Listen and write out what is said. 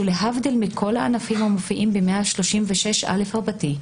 שהוא להבדיל מכל הענפים המופיעים ב-136א רבתי,